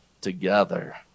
together